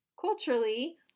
Culturally